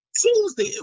Tuesday